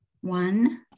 One